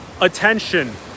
attention